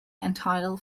entitled